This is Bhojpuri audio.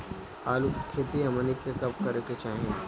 आलू की खेती हमनी के कब करें के चाही?